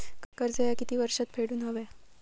कर्ज ह्या किती वर्षात फेडून हव्या?